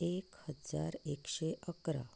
एक हजार एकशें अकरा